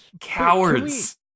Cowards